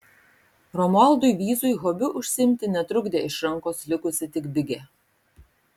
romualdui vyzui hobiu užsiimti netrukdė iš rankos likusi tik bigė